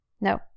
No